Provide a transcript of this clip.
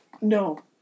No